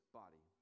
body